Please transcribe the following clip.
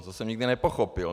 To jsem nikdy nepochopil.